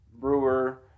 Brewer